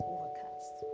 Overcast